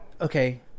okay